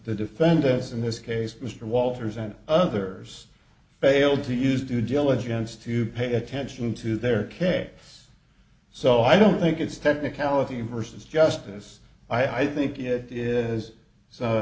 the defendants in this case mr walters and others fail to use due diligence to pay attention to their k so i don't think it's technicality versus justice i think it is so